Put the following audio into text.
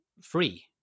free